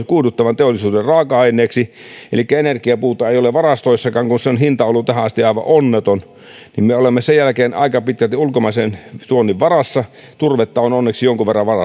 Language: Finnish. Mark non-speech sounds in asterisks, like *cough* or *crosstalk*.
*unintelligible* kuiduttavan teollisuuden raaka aineeksi ja energiapuuta ei ole varastoissakaan kun sen hinta on ollut tähän asti aivan onneton niin sehän johtaisi siihen että me olisimme sen jälkeen aika pitkälti ulkomaisen tuonnin varassa turvetta on onneksi jonkun verran